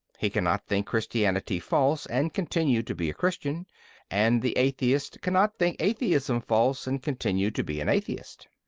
he cannot think christianity false and continue to be a christian and the atheist cannot think atheism false and continue to be an atheist.